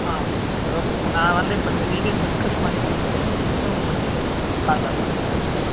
ஆமாம் ஆமாம் sir okay sir நான் வந்து இப்போது இந்த டீட்டெயில் டிஸ்கஸ் பண்ணிகிட்டு வீட்டில் டிஸ்கஸ் பண்ணிகிட்டு உங்களுக்கு கால் பேக் பண்றேன் சார் கண்டிப்பாக